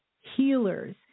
healers